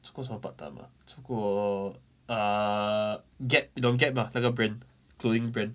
做过什么 part time ah 做过 err Gap 你懂 Gap mah 那个 brand clothing brand